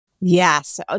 Yes